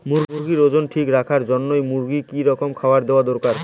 মুরগির ওজন ঠিক রাখবার জইন্যে মূর্গিক কি রকম খাবার দেওয়া দরকার?